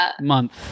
month